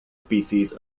species